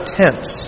tents